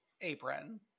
apron